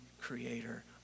creator